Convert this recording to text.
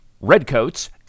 Redcoats